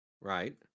right